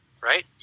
right